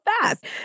fast